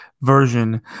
version